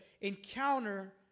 encounter